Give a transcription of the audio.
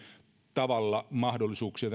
tavalla mahdollisuuksia